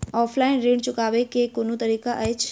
Offline ऋण चुकाबै केँ केँ कुन तरीका अछि?